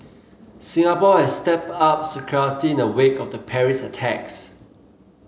Singapore has stepped up security in the wake of the Paris attacks